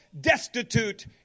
destitute